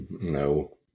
No